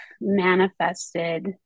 manifested